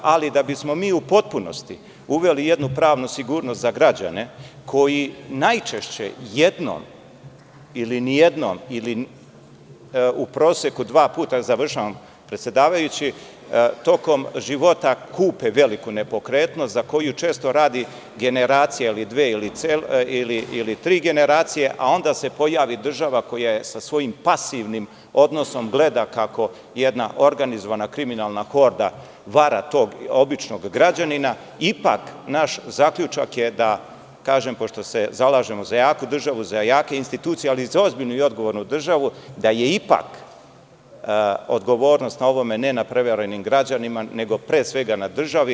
Ali, da bismo mi u potpunosti uveli jednu pravnu sigurnost za građane koji najčešće jednom, nijednom ili u proseku dva puta tokom života kupe veliku nepokretnost, za koju često radi jedna, dve ili tri generacije, a onda se pojavi država koja sa svojim pasivnim odnosom gleda kako jedna organizovana kriminalna horda vara tog običnog građanina, ipak je naš zaključak da je, pošto se zalažemo za jaku državu, za jake institucije, za ozbiljnu i odgovornu državu, odgovornost na ovome, a ne na prevarenim građanima, nego pre svega na državi.